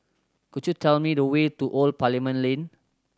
could you tell me the way to Old Parliament Lane